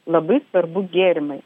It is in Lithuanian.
labai svarbu gėrimai